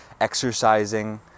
exercising